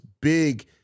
big